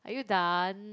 are you done